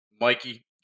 Mikey